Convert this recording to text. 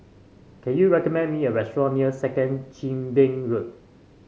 can you recommend me a restaurant near Second Chin Bee Road